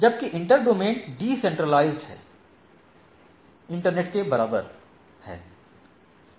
जबकि inter domain डिसेंट्रलाइज्डहै internet के बराबर है